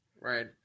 Right